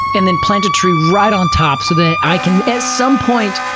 and then plant a tree right on top, so that i can, at some point,